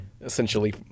Essentially